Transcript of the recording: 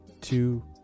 two